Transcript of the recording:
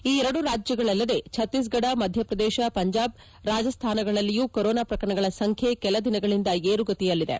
ಈ ಎರಡು ರಾಜ್ಗಳಲ್ಲದೆ ಛತ್ತೀಸ್ಗಢ ಮಧ್ಯಪ್ರದೇಶ ಪಂಜಾಬ್ ರಾಜಸ್ಥಾನಗಳಲ್ಲಿಯೂ ಕೊರೊನಾ ಪ್ರಕರಣಗಳ ಸಂಖ್ಯೆ ಕೆಲ ದಿನಗಳಿಂದ ಏರುಗತಿಯಲ್ಲಿದೆ